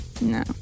no